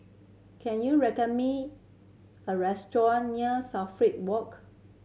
can you reckon me a restaurant near Walk